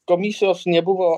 komisijos nebuvo